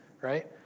Right